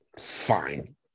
Fine